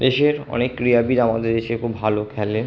দেশের অনেক ক্রীড়াবিদ আমাদের দেশে খুব ভালো খেলে